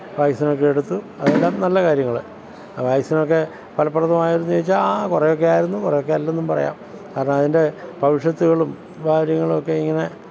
വാക്സിനൊക്കെ എടുത്തു അതെല്ലാം നല്ല കാര്യങ്ങൾ ആ വാക്സിനൊക്കെ ഫലപ്രദമായിരുന്നോയെന്ന് ചോദിച്ചാല് ആ കുറേയൊക്കെ ആയിരുന്നു കുറേയൊക്കെ അല്ലെന്നും പറയാം കാരണം അതിന്റെ ഭവിഷ്യത്തുകളും കാര്യങ്ങളും ഒക്കെ ഇങ്ങനെ